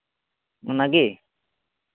ᱚᱱᱟᱜᱮ